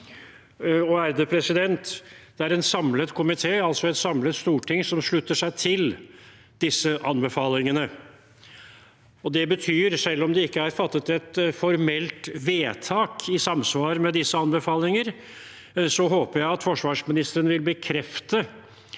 Det er en samlet komité, altså et samlet storting, som slutter seg til disse anbefalingene. Det betyr at selv om det ikke er fattet et formelt vedtak i samsvar med disse anbefalinger, håper jeg at forsvarsministeren vil bekrefte